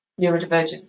neurodivergent